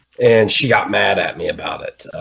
and she got mad at me about it.